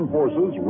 forces